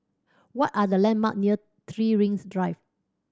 what are the landmark near Three Rings Drive